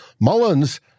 Mullins